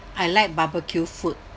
I like barbecue food